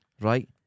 Right